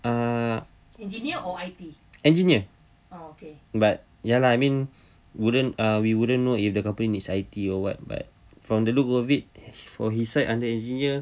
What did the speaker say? uh engineer but ya lah I mean wouldn't uh wouldn't know if the company needs I_T or what but from the look of it for his side under engineer